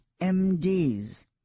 MDs